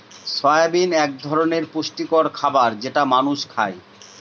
soybean এক ধরনের পুষ্টিকর খাবার যেটা মানুষ খায়